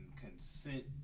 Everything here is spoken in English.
consent